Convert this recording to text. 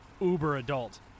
uber-adult